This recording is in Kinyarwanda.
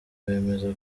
bemeza